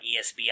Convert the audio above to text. ESB